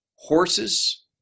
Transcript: Horses